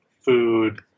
food